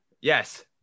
yes